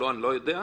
אני לא יודע,